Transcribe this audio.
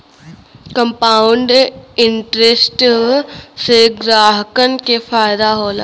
compound interest से ग्राहकन के फायदा होला